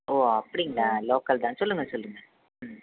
ஓ அப்படிங்களா லோக்கல் தான் சொல்லுங்கள் சொல்லுங்கள் ம்